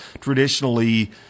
traditionally